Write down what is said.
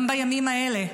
גם בימים האלה,